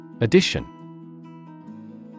Addition